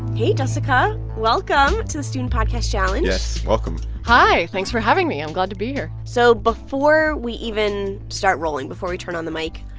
hey, jessica. welcome to the student podcast challenge yes, welcome hi. thanks for having me. i'm glad to be here so before we even start rolling, before we turn on the mic,